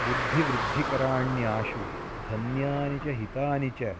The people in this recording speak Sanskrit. बुद्धिवृद्धिकराण्याशु धन्यानि च हितानि च